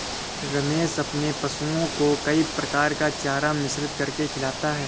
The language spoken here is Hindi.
रमेश अपने पशुओं को कई प्रकार का चारा मिश्रित करके खिलाता है